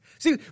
See